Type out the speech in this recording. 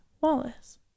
Wallace